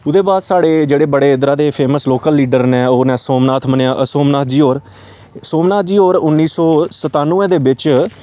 ओह्दे बाद साढ़े जेह्ड़े बड़े इद्धरा दे फेमस लोकल लीडर न ओह् न सोमनाथ मनेयाल सोमनाथ जी होर सोमनाथ जी होर उन्नी सौ सतानुऐ दे बिच्च